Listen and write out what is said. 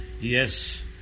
Yes